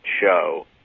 show